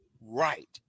right